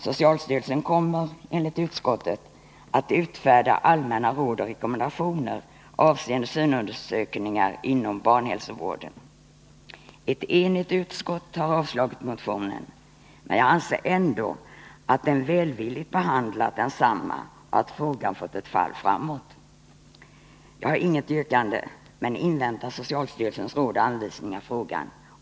Socialstyrelsen kommer, enligt utskottet, att utfärda allmänna råd och rekommendationer avseende synundersökningar inom barnhälsovården. Ett enigt utskott har avstyrkt motionen, men jag anser ändå att utskottet har behandlat densamma välvilligt och att frågan fått ett fall framåt. Jag har inget yrkande, men jag inväntar socialstyrelsens råd och anvisningar i frågan.